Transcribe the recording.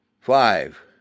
Five